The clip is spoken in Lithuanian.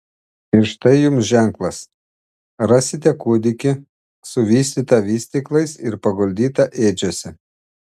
ir štai jums ženklas rasite kūdikį suvystytą vystyklais ir paguldytą ėdžiose